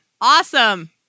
Awesome